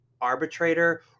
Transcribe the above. arbitrator